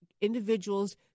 individuals